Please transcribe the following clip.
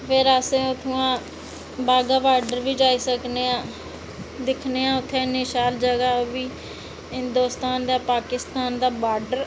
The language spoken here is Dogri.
फिर अस उत्थुआं वाघा बार्डर बी जाई सकनेआं दिक्खनेआं इन्नी शैल जगह ओह्बी हिंदोस्तान दा पाकिस्तान दा बार्डर